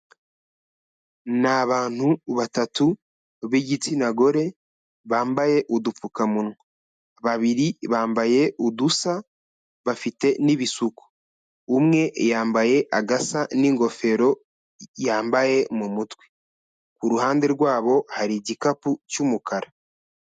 Na abantu batatu b'igitsina gore bambaye udupfukamunwa, babiri bambaye udusa bafite n'ibisuko. Umwe yambaye agasa n'ingofero yambaye mu mutwe, kuruhande rwabo hari igikapu cy'umukara.